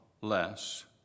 less